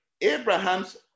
Abraham's